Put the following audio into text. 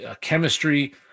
chemistry